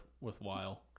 worthwhile